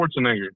Schwarzenegger